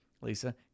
Lisa